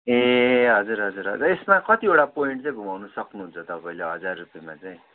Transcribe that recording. ए हजुर हजुर हजुर यसमा कतिवटा पोइन्ट चाहिँ घुमाउनु सक्नुहुन्छ तपाईँले हजार रुपियाँमा चाहिँ